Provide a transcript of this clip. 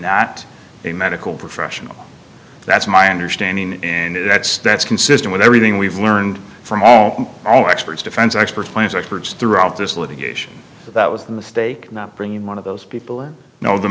that a medical professional that's my understanding and that's that's consistent with everything we've learned from all our experts defense expertise experts throughout this litigation that was a mistake not bringing one of those people who know the